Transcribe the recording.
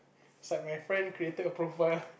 some my friend created a profile